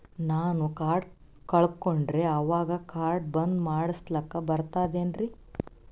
ನಾನು ಕಾರ್ಡ್ ಕಳಕೊಂಡರ ಅವಾಗ ಕಾರ್ಡ್ ಬಂದ್ ಮಾಡಸ್ಲಾಕ ಬರ್ತದೇನ್ರಿ?